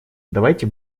давайте